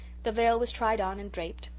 the veil was tried on and draped.